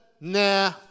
nah